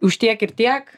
už tiek ir tiek